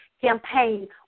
campaign